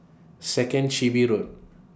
Second Chin Bee Road